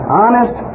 honest